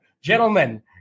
gentlemen